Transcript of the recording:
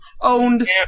Owned